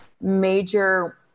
major